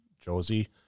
Josie